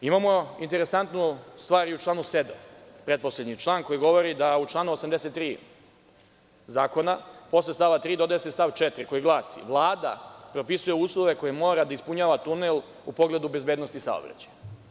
Imamo interesantnu stvar i u članu 7, pretposlednji član koji govori da u članu 83. zakona posle stava 3. dodaje se stav 4, koji glasi – Vlada propisuje uslove koje mora da ispunjava tunel u pogledu bezbednosti saobraćaja.